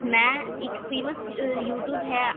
میں ایک famous YouTube ہے